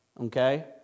okay